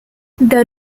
the